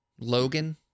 Logan